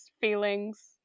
feelings